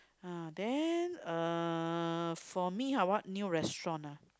uh then uh for me ha what new restaurant ah